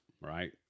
right